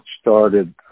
started